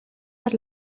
per